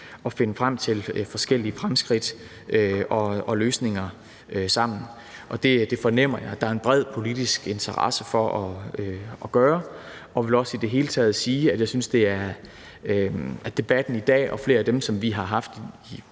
og finde frem til forskellige fremskridt og løsninger sammen. Det fornemmer jeg at der er en bred politisk interesse for at gøre. Jeg vil i det hele taget også sige, at jeg med hensyn til debatten i dag og flere af dem, som vi har haft,